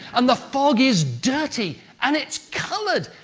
and the fog is dirty and it's coloured,